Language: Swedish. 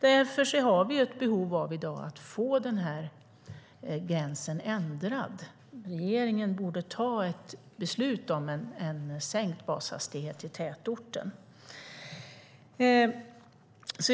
Därför har vi i dag ett behov av att få gränsen ändrad. Regeringen borde ta beslut om sänkt bashastighet i tätort.